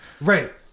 Right